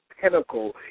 pinnacle